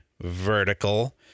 vertical